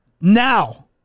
now